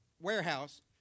warehouse